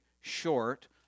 short